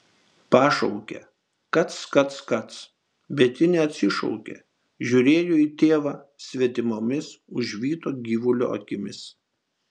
pašaukė kac kac kac bet ji neatsišaukė žiūrėjo į tėvą svetimomis užvyto gyvulio akimis